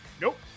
nope